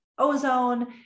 ozone